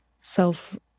self